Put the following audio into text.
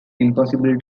impossible